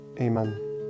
Amen